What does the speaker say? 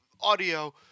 audio